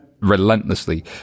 relentlessly